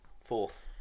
fourth